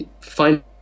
find